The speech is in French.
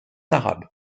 arabe